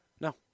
No